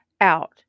out